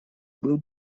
был